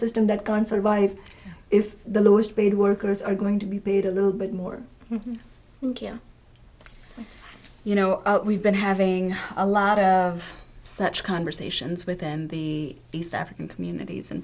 system that can't survive if the lowest paid workers are going to be paid a little bit more you know we've been having a lot of such conversations within the east african communities in